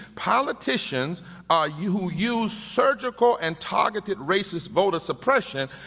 politicians ah yeah who use surgical and targeted racist voter suppression,